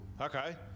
okay